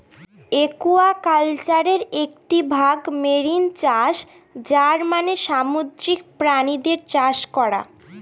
একুয়াকালচারের একটি ভাগ মেরিন চাষ যার মানে সামুদ্রিক প্রাণীদের চাষ করা